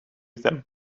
them